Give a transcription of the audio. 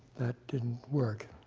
that didn't work.